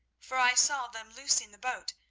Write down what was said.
for i saw them loosing the boat,